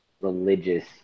religious